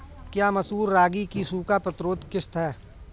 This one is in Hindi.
क्या मसूर रागी की सूखा प्रतिरोध किश्त है?